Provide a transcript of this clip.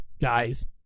guys